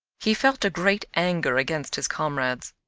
he felt a great anger against his comrades.